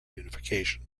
unification